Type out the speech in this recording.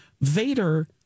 vader